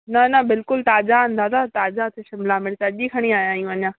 न न बिल्कुलु ताज़ा आहिनि दादा ताज़ा शिमला मिर्च अॼु ई खणी आया आहियूं अञा